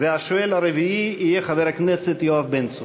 והשואל הרביעי יהיה חבר הכנסת יואב בן צור.